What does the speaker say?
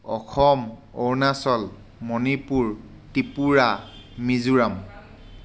Assam Arunachal Manipur Tripura Mizoram